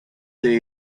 day